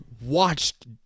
watched